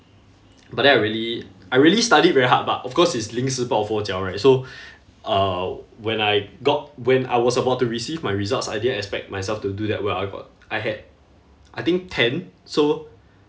but then I really I really studied very hard but of course it's 临时抱佛脚 right so uh when I got when I was about to receive my results I didn't expect myself to do that well I got I had I think ten so